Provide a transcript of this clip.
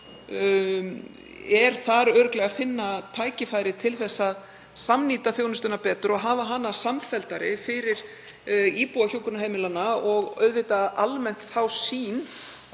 er þar örugglega að finna tækifæri til að samnýta þjónustuna betur og hafa hana samfelldari fyrir íbúa hjúkrunarheimilanna og auðvitað almennt er sú